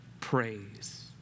praise